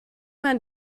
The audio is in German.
man